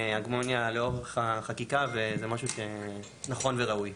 הגמוניה לאורך החקיקה, וזה משהו שנכון וראוי.